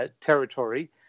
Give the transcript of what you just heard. territory